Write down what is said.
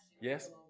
Yes